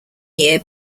year